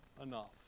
enough